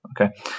okay